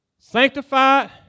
Sanctified